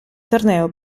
torneo